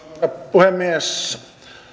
puhemies